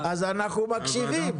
אז אנחנו מקשיבים.